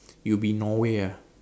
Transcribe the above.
it'll be Norway ah